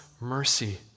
mercy